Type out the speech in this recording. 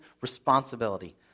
responsibility